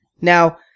Now